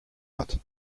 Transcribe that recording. hat